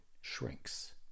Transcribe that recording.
shrinks